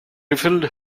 refilled